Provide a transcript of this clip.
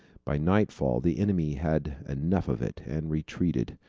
by night-fall the enemy had enough of it, and retreated.